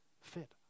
fit